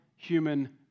human